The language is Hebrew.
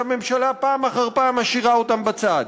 שהממשלה פעם אחר פעם משאירה אותם בצד?